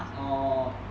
orh